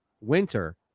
winter